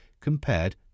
compared